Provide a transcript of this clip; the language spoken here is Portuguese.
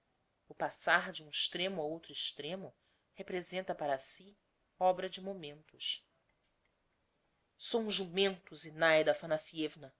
o passar de um extremo a outro extremo representa para si obra de momentos sou um jumento zinaida aphanassievna